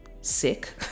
sick